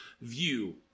view